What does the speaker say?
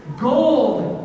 gold